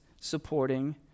supporting